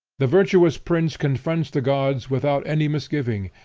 the virtuous prince confronts the gods, without any misgiving.